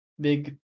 Big